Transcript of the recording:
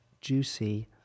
juicy